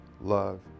love